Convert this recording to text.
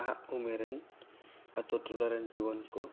ᱱᱟᱦᱟᱜ ᱩᱢᱮᱨ ᱨᱮᱱ ᱟᱛᱳ ᱴᱚᱞᱟ ᱨᱮᱱ ᱡᱩᱣᱟᱹᱱ ᱠᱚ